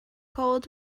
called